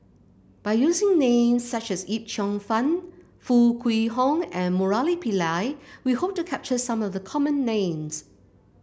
by using names such as Yip Cheong Fun Foo Kwee Horng and Murali Pillai we hope to capture some of the common names